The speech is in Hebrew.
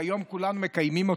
שהיום כולם מקיימים,